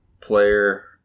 player